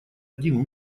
один